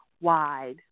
Wide